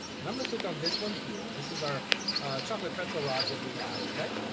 and i'm gonna click on this one here, this is our chocolate pretzel rods that we have, okay?